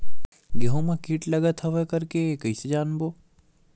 गेहूं म कीट लगत हवय करके कइसे जानबो?